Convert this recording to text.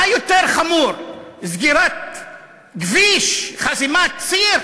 מה יותר חמור, סגירת כביש, חסימת ציר,